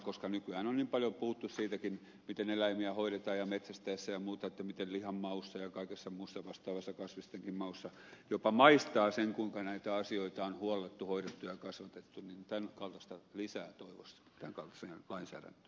koska nykyään on niin paljon puhuttu siitäkin miten eläimiä hoidetaan ja metsästetään ja muuta ja miten lihan maussa ja kaikessa muussa vastaavassa kasvistenkin maussa jopa maistaa sen kuinka näitä asioita on huollettu hoidettu ja kasvatettu niin lisää tämän kaltaista toivoisi tämän kaltaiseen lainsäädäntöön